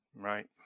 Right